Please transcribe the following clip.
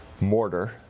mortar